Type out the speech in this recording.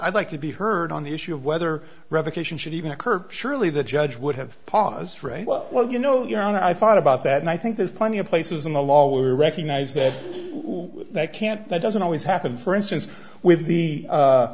i'd like to be heard on the issue of whether revocation should even occur surely the judge would have paused for a while you know you know and i thought about that and i think there's plenty of places in the law we recognize that that can't that doesn't always happen for instance with the